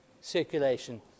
circulation